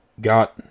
Got